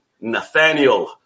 Nathaniel